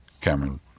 Cameron